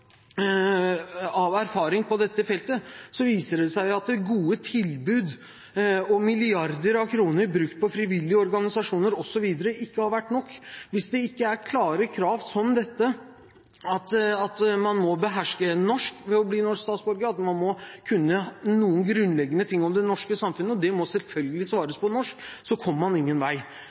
erfaring på dette feltet viser at gode tilbud og milliarder av kroner brukt på frivillige organisasjoner osv. ikke har vært nok. Hvis det ikke er klare krav som dette om at man må beherske norsk for å bli norsk statsborger, og at man må kunne noen grunnleggende ting om det norske samfunnet – og testen må selvfølgelig besvares på norsk – kommer man ingen vei.